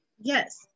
Yes